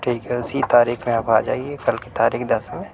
ٹھیک اُسی تاریخ میں آپ آ جائیے کل کی تاریخ دس میں